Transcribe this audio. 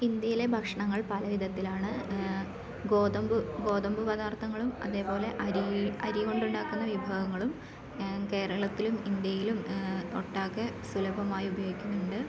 ഇന്ത്യയിലെ ഭക്ഷണങ്ങൾ പലവിധത്തിലാണ് ഗോതമ്പ് ഗോതമ്പ് പദാർത്ഥങ്ങളും അതേപോലെ അരി അരി കൊണ്ടുണ്ടാക്കുന്ന വിഭവങ്ങളും കേരളത്തിലും ഇന്ത്യയിലും ഒട്ടാകെ സുലഭമായി ഉപയോഗിക്കുന്നുണ്ട്